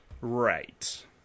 Right